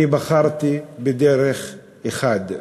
אני בחרתי בדרך אחת,